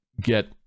get